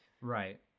Right